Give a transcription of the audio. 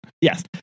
Yes